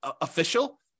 official